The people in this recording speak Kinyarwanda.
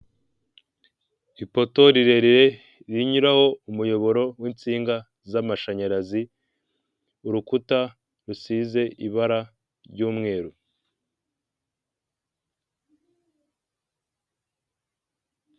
Ipoto rirerire rinyuraho umuyoboro w'insinga z'amashanyarazi, urukuta rusize ibara ry'umweru.